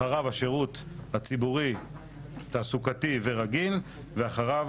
אחריו השירות הציבורי תעסוקתי ורגיל, ואחריו